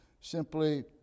simply